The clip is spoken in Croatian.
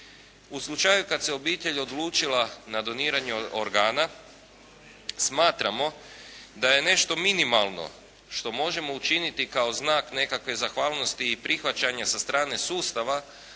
U slučaju kad se obitelj odlučila na doniranje organa smatramo da je nešto minimalno što možemo učiniti kao znak nekakve zahvalnosti i prihvaćanja sa strane sustava,